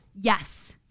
Yes